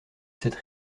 cette